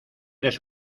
eres